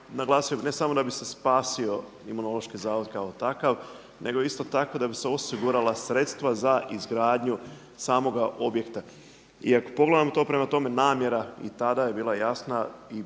naglasio bih ne samo da bi se spasio Imunološki zavod kao takav, nego isto tako da bi se osigurala sredstva za izgradnju samoga objekta. I ako pogledamo to prema tome namjera i tada je bila jasna i